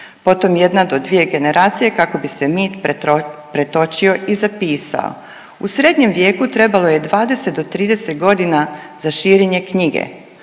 Potom jedna do dvije generacije kako bi se mit pretočio i zapisao. U srednjem vijeku trebalo je 20 do 30 godina za širenje knjige.